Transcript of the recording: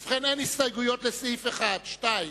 ובכן, אין הסתייגויות מס' 1, 2,